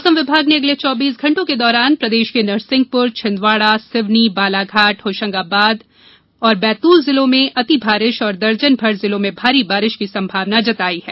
मौसम विभाग ने अगले चौबीस घंटों के दौरान प्रदेश के प्रदेश के नरसिंहपुर छिंदवाडत्रा सिवनी बालाघाट होशंगाबाद और बैतूल जिलों में अति भारी और दर्जन भर जिलों में भारी बारिश की संभावना जताई है